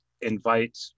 invite